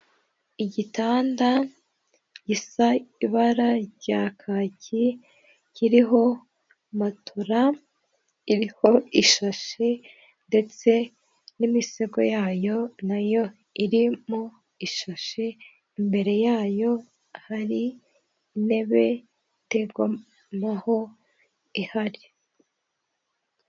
Igitanda gisa ibara rya kaki, kiriho matora iriho ishashi ndetse n'imisego yayo nayo iri mu ishashi, imbere yayo hari intebe itegomahwo ihari.